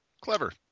Clever